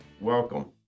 Welcome